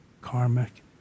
karmic